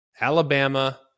Alabama